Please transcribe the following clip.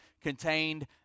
contained